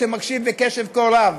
שמקשיב בקשב כה רב,